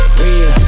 real